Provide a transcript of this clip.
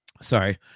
sorry